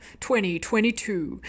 2022